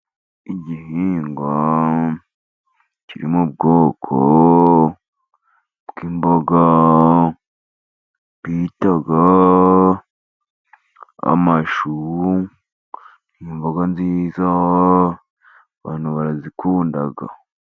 Igihingwa kiri mu bwoko bw'imboga bita amashu. Ni imboga nziza abantu barazikunda.